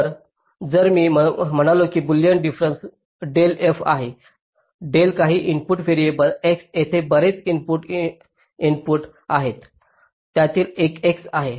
तर जर मी म्हणालो की बुलियन डिफरेन्स डेल f आहे डेल काही इनपुट व्हेरिएबल्स x तेथे बरेच इनपुट इनपुट आहेत त्यातील एक x आहे